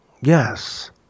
Yes